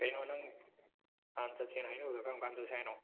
ꯀꯩꯅꯣ ꯅꯪ ꯅꯍꯥꯟ ꯆꯠꯁꯦ ꯍꯥꯏꯅꯕꯗꯣ ꯀꯔꯝꯀꯥꯟ ꯆꯠꯁꯦ ꯍꯥꯏꯅꯣ